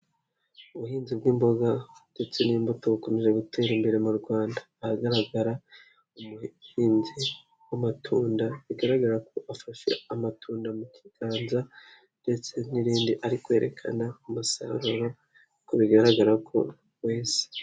Ubuhinzi bw'imboga ndetse n'imbuto bukomeje gutera imbere mu Rwanda. Ahagaragara umuhinzi w'amatunda bigaragara ko afashe amatunda mu kiganza ndetse n'irindi ari kwerekana umusaruro kuko bigaragara ko weze.